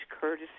courtesy